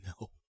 No